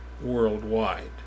worldwide